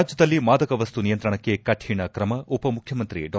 ರಾಜ್ಯದಲ್ಲಿ ಮಾದಕ ವಸ್ತು ನಿಯಂತ್ರಣಕ್ಕೆ ಕಠಿಣ ಕ್ರಮ ಉಪ ಮುಖ್ಯಮಂತ್ರಿ ಡಾ